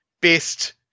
Best